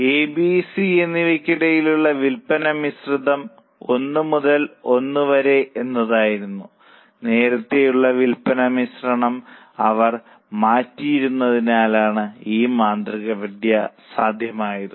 A B C ABC എന്നിവയ്ക്കിടയിലുള്ള വിൽപന മിശ്രിതം ഒന്ന് മുതൽ ഒന്ന് വരെ എന്നതായിരുന്നു നേരത്തെയുള്ള വിൽപ്പന മിശ്രണം അവർ മാറ്റിയിരിക്കുന്നതിനാലാണ് ഈ മാന്ത്രികവിദ്യ സാധ്യമായത്